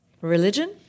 religion